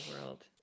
world